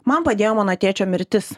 man padėjo mano tėčio mirtis